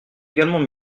également